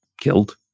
killed